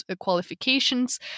qualifications